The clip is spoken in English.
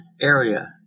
area